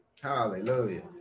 Hallelujah